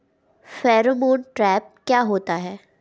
Pheromone trap क्या होता है?